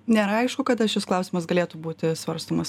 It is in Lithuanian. neaišku kada šis klausimas galėtų būti svarstomas